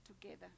together